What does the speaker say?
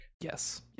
Yes